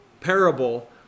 parable